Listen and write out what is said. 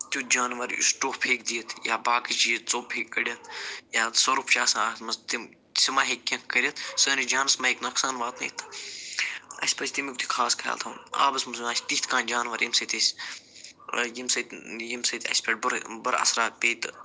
تیُتھ جانوَر یُس ٹوٚف ہیٚکہِ دِتھ یا باقٕے چیٖز ژھوٚپ ہیٚکہِ کٔڑِتھ یا سۄرُپھ چھِ آسان اَتھ منٛز تِم سُہ ما ہیٚکہِ کیٚنہہ کٔرِتھ سٲنِس جانَس ما ہیٚکہِ نۄقصان واتنٲوِتھ اَسہِ پَزِ تمیُک تہِ خاص خیال تھاوُن آبَس منٛز زَنہٕ آسہِ تِتھۍ کانٛہہ جانوَر ییٚمہِ سۭتۍ أسۍ ییٚمہِ سۭتۍ ییٚمہِ سۭتۍ اَسہِ پٮ۪ٹھ بُرٕ بُرٕ اثرات پے تہٕ